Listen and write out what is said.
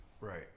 right